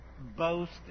boast